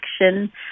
action